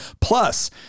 Plus